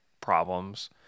problems